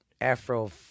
afro